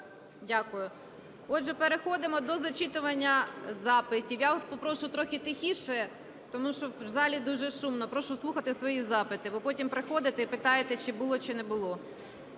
Дякую. Отже, переходимо до зачитування запитів. Я вас попрошу трохи тихіше, тому що в залі дуже шумно. Прошу слухати свої запити, бо потім приходите і питаєте, чи було, чи не було.